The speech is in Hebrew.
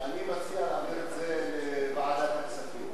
אני מציע להעביר את זה לוועדת הכספים.